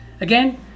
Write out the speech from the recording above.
again